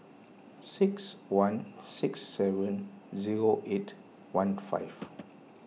six one six seven zero eight one five